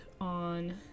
on